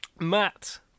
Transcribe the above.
Matt